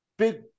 Big